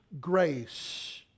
grace